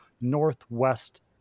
northwest